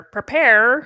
Prepare